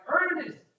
earnest